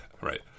right